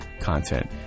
content